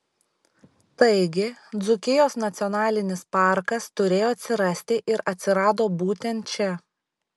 taigi dzūkijos nacionalinis parkas turėjo atsirasti ir atsirado būtent čia